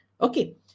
Okay